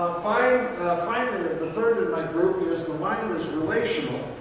finally, the third in my group is the mind is relational.